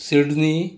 Sydney